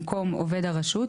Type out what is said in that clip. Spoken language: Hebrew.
במקום "עובד הרשות",